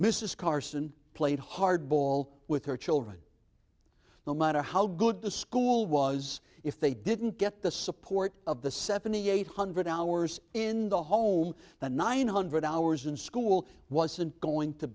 mrs carson played hardball with her children no matter how good the school was if they didn't get the support of the seventy eight hundred hours in the home the nine hundred hours in school wasn't going to